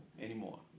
anymore